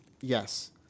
Yes